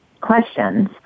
questions